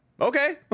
okay